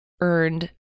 earned